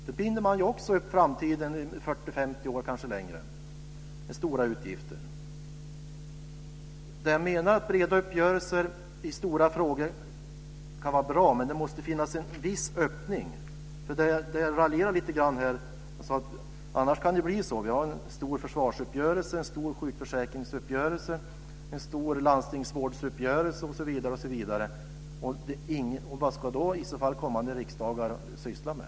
Då binder man också upp sig i 40-50 år - kanske längre - med stora utgifter. Det jag menar är att breda uppgörelser i stora frågor kan vara bra, men det måste finnas en viss öppning. Jag raljerade lite grann. Jag sade att det kan bli så här annars. Vi har en stor försvarsuppgörelse, en stor sjukförsäkringsuppgörelse, en stor landstingsvårdsuppgörelse, osv. Vad ska i så fall kommande riksdagar syssla med?